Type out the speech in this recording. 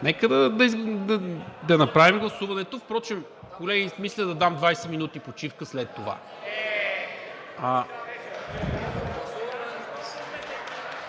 Нека да направим гласуването. Впрочем, колеги, мисля да дам 20 минути почивка след това.